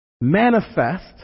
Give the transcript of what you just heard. manifest